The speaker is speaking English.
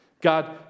God